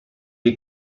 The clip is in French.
est